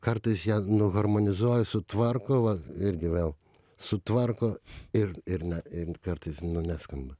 kartais ją nuharmonizuoja sutvarko va irgi vėl sutvarko ir ir ne ir kartais neskamba